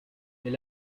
les